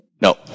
no